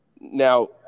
Now